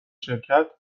شرکت